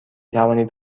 توانید